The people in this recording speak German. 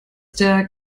der